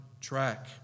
track